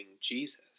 Jesus